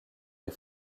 les